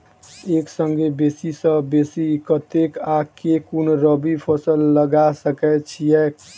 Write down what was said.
एक संगे बेसी सऽ बेसी कतेक आ केँ कुन रबी फसल लगा सकै छियैक?